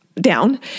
down